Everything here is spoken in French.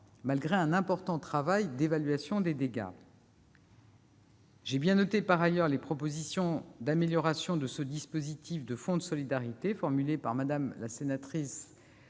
malgré un important travail d'évaluation des dégâts. J'ai bien noté, par ailleurs, les propositions d'amélioration du dispositif de fonds de solidarité qui ont été formulées par